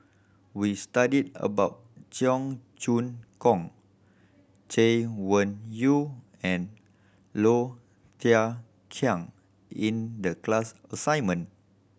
we studied about Cheong Choong Kong Chay Weng Yew and Low Thia Khiang in the class assignment